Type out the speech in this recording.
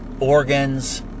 organs